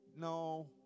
no